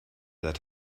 seit